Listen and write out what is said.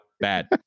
Bad